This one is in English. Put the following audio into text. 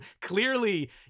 clearly